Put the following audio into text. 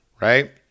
right